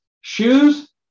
shoes